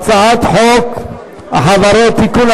על הצעת חוק החברות (תיקון,